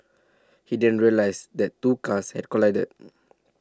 he then realised that two cars had collided